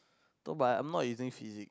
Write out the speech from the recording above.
no but I'm not using physics